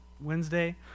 Wednesday